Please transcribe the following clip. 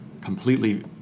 completely